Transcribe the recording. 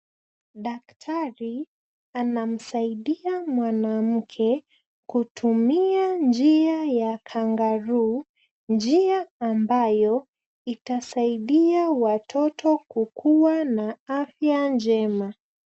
Daktari anamsaidia mwanamke kutumia njia ya kangaroo , njia ambayo itasaidia watoto kukuwa na afya njema.